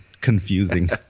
confusing